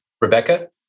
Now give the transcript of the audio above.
Rebecca